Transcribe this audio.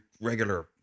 regular